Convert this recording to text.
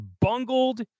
bungled